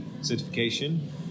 certification